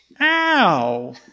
Ow